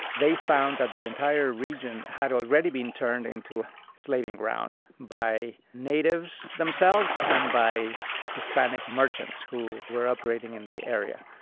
they found that the entire region had already been turned into slaving ground by natives themselves and by hispanic merchants who were operating in the area.